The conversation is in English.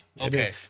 Okay